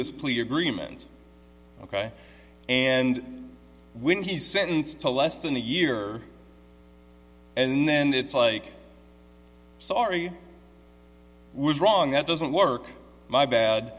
this plea agreement ok and when he's sentenced to less than a year and then it's like sorry was wrong that doesn't work my bad